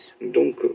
Donc